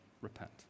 Repent